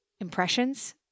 impressions